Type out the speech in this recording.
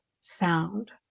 sound